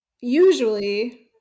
usually